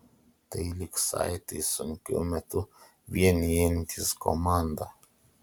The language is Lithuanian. tai lyg saitai sunkiu metu vienijantys komandą